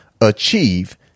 achieve